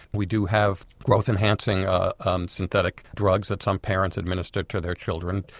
we do have growth enhancing ah um synthetic drugs that some parents administer to their children,